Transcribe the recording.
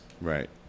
Right